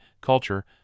culture